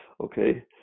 Okay